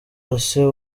wose